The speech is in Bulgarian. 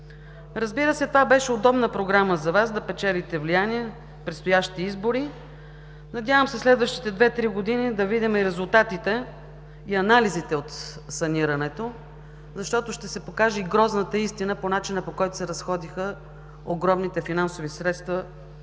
Разбира се, това беше удобна програма за Вас – да печелите влияние, предстоящи избори. Надявам се следващата две-три години да видим резултатите и анализите от санирането, защото ще се покаже и грозната истина по начина, по който се разходиха огромните финансови средства,